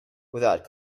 without